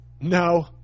No